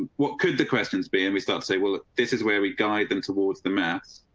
what could the questions being and we start saying? well, this is where we guide them towards the mass.